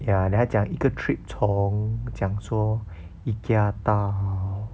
ya then 他讲一个 trip 从 Ikea 到